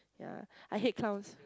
yeah I hate clowns